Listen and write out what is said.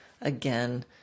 again